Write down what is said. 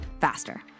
faster